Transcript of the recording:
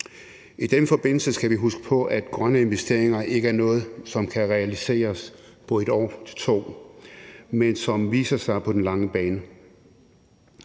I den forbindelse skal vi huske på, at grønne investeringer ikke er noget, som kan realiseres i løbet af 1 til 2 år, men som viser sig på den lange bane.